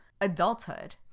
adulthood